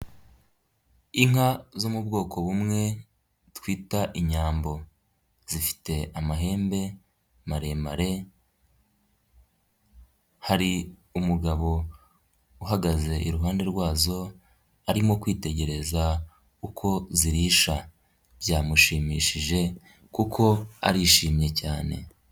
Inka zo mu bwoko bumwe twita inyambo, zifite amahembe maremare, hari umugabo uhagaze iruhande rwazo, arimo kwitegereza uko zirisha, byamushimishije kuko arishimye cyane.